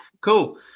Cool